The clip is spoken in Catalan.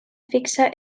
fixa